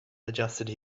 adjusted